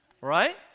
right